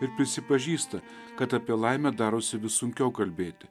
ir prisipažįsta kad apie laimę darosi vis sunkiau kalbėti